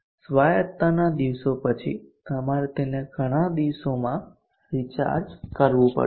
સ્વાયત્તાના દિવસો પછી તમારે તેને ઘણા દિવસોમાં રિચાર્જ કરવું પડશે